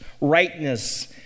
rightness